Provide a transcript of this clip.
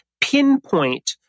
pinpoint